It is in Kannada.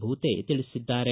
ಭೂತೆ ತಿಳಿಸಿದ್ದಾರೆ